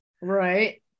Right